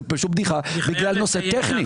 זה בדיחה, בגלל נושא טכני.